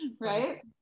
Right